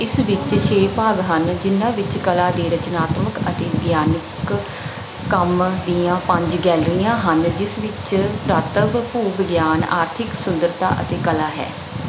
ਇਸ ਵਿੱਚ ਛੇ ਭਾਗ ਹਨ ਜਿਨ੍ਹਾਂ ਵਿੱਚ ਕਲਾ ਦੇ ਰਚਨਾਤਮਕ ਅਤੇ ਵਿਗਿਆਨਕ ਕੰਮ ਦੀਆਂ ਪੰਜ ਗੈਲਰੀਆਂ ਹਨ ਜਿਸ ਵਿੱਚ ਪੁਰਾਤੱਵ ਭੂ ਵਿਗਿਆਨ ਆਰਥਿਕ ਸੁੰਦਰਤਾ ਅਤੇ ਕਲਾ ਹੈ